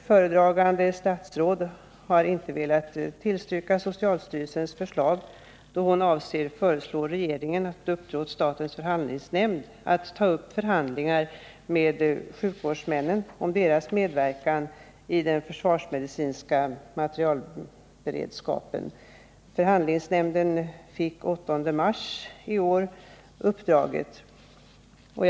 Föredragande statsrådet har inte velat tillstyrka socialstyrelsens förslag, då hon avser föreslå regeringen att uppdra åt statens förhandlingsnämnd att ta upp förhandlingar med sjukvårdshuvudmännen om deras medverkan i den försvarsmedicinska materielberedskapen. Förhandlingsnämnden fick uppdraget den 8 mars i år.